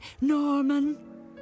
Norman